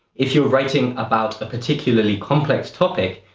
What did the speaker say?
if you're writing about a particularly complex topic,